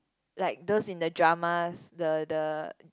like those in the dramas the the